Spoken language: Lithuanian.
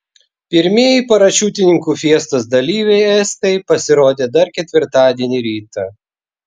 pirmieji parašiutininkų fiestos dalyviai estai pasirodė dar ketvirtadienį rytą